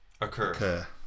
occur